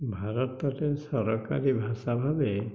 ଭାରତରେ ସରକାରୀ ଭାଷା ଭାବେ